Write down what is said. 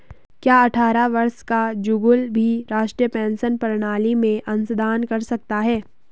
क्या अट्ठारह वर्ष का जुगल भी राष्ट्रीय पेंशन प्रणाली में अंशदान कर सकता है?